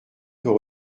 peut